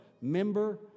member